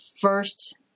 first